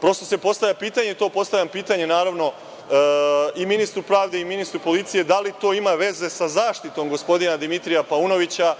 Prosto se postavlja pitanje, to postavljam pitanje naravno i ministru pravde i ministru policije da li to ima veze sa zaštitom gospodina Dimitrija Paunovića